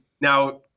Now